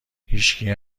هیچکی